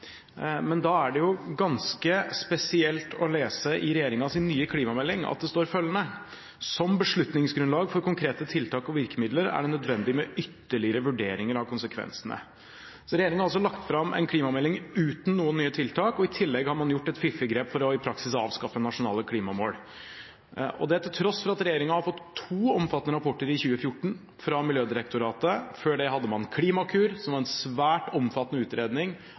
men da er det ganske spesielt at det står følgende i regjeringens nye klimamelding: «Som beslutningsgrunnlag for konkrete tiltak og virkemidler er det nødvendig med ytterligere vurderinger av konsekvensene.» Regjeringen har altså lagt fram en klimamelding uten noen nye tiltak. I tillegg har man gjort et fiffig grep for i praksis å avskaffe nasjonale klimamål – dette til tross for at regjeringen fikk to omfattende rapporter fra Miljødirektoratet i 2014. Før det hadde man Klimakur, som var en svært omfattende utredning